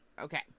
Okay